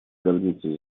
гордится